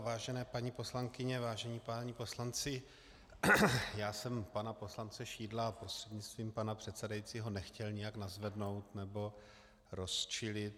Vážené paní poslankyně, vážení páni poslanci, já jsem pana poslance Šidla prostřednictvím pana předsedajícího nechtěl nijak nadzvednout nebo rozčilit.